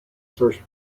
first